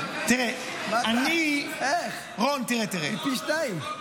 איך, זה פי שניים?